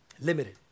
limited